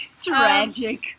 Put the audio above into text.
Tragic